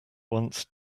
once